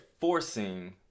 forcing